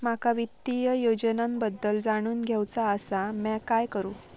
माका वित्तीय योजनांबद्दल जाणून घेवचा आसा, म्या काय करू?